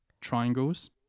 triangles